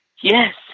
Yes